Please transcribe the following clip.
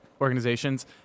Organizations